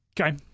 Okay